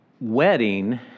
wedding